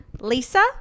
Lisa